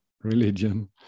religion